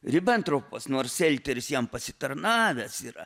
ribentropas nors selteris jam pasitarnavęs yra